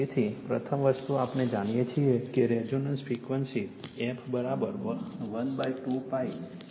તેથી પ્રથમ વસ્તુ આપણે જાણીએ છીએ કે રેઝોનન્સ ફ્રિક્વન્સી f012π √LC છે